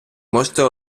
можете